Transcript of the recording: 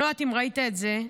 אני לא יודעת אם ראית את זה,